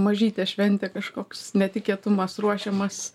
mažytė šventė kažkoks netikėtumas ruošiamas